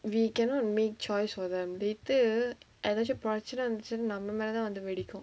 we cannot make choice for them later எதாச்சும் பிரச்சின வந்துச்சு நம்ம மேலதா வந்து வெடிக்கும்:ethaachum pirachina vanthuchu namma melathaa vanthu vedikkum